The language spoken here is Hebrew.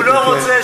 הוא לא רוצה,